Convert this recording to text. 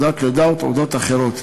תעודת לידה ותעודות אחרות.